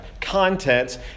contents